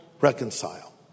reconcile